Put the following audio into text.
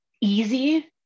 easy